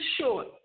short